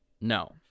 no